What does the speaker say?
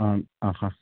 ആ ആഹാ